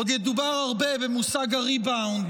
עוד ידובר הרבה במושג הריבאונד,